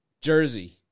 Jersey